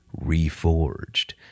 Reforged